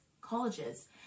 colleges